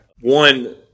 One